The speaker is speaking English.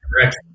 correct